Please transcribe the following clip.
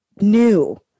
New